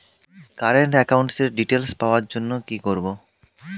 Current একাউন্টের details পাওয়ার জন্য কি করব?